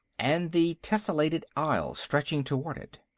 and the tessellated aisle stretching toward it.